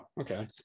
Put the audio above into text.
okay